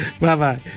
Bye-bye